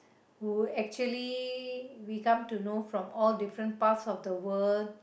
who actually we come to know from all different parts of the world